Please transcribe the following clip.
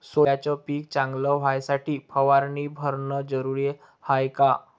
सोल्याचं पिक चांगलं व्हासाठी फवारणी भरनं जरुरी हाये का?